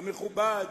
המכובד,